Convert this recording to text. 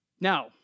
Now